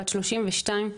בת 32,